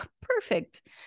perfect